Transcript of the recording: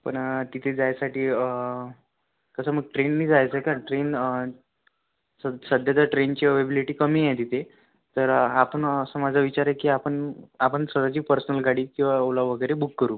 पण तिथे जायसाठी कसं मग ट्रेननी जायचं का ट्रेन सध सध्या तर ट्रेनची अवलेबॅलिटी कमी आहे तिथे तर आपण असा माझा विचार आहे की आपण आपण स्वतःची पर्सनल गाडी किंवा ओला वगैरे बूक करू